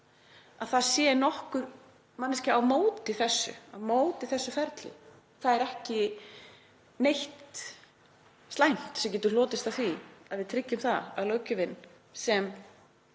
mér að nokkur manneskja sé á móti þessu ferli. Það er ekki neitt slæmt sem getur hlotist af því að við tryggjum það að löggjöfin sem